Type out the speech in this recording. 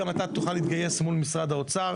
שגם אתה תוכל להתגייס מול משרד האוצר